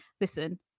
listen